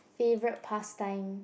favourite past time